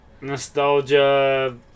Nostalgia